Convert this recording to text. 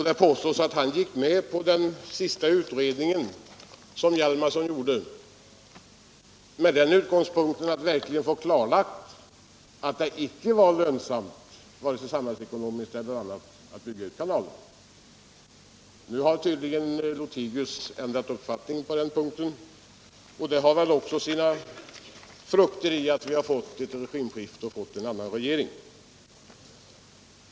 Det påstås att han gick med på den sista utredningen, som herr Hjalmarson gjorde, med den utgångspunkten att verkligen få klarlagt att det icke var lönsamt, vare sig samhällsekonomiskt eller på annat sätt, att bygga ut kanalan. Nu har herr Lothigius tydligen ändrat uppfattning på den punkten, och det har väl också sin grund i att vi har fått ett regimskifte, en annan regering.